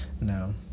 No